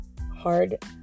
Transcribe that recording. hard